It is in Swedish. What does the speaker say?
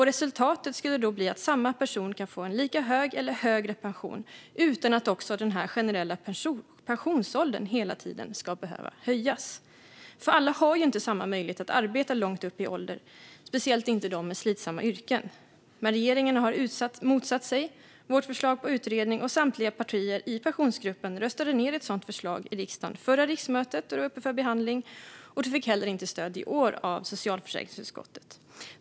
Resultatet skulle då bli att samma person kan få en lika hög eller högre pension utan att den generella pensionsåldern hela tiden behöver höjas. Alla har ju inte samma möjlighet att arbeta långt upp i åldern, speciellt inte de med slitsamma yrken. Regeringen har dock motsatt sig vårt förslag om utredning, och samtliga partier i Pensionsgruppen röstade ned ett sådant förslag i riksdagen då det var uppe för behandling förra riksmötet. Det fick heller inte stöd i år av socialförsäkringsutskottet.